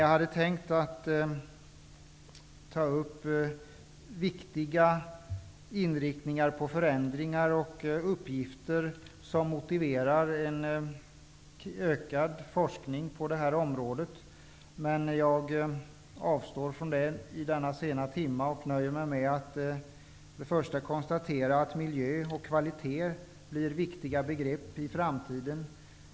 Jag hade tänkt ta upp viktiga inriktningar på förändringar och uppgifter som motiverar en ökad forskning på det här området, men jag avstår från det i denna sena timme. Jag nöjer mig med att först och främst konstatera att miljö och kvalitet blir viktiga begrepp i framtiden.